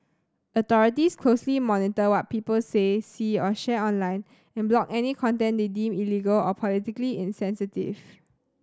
authorities closely monitor what people say see or share online and block any content they deem illegal or politically sensitive